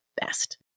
best